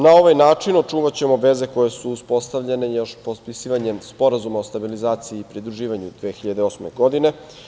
Na ovaj način očuvaćemo veze koje su uspostavljene još potpisivanjem Sporazuma o stabilizaciji i pridruživanju 2008. godine.